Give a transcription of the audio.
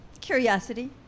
Curiosity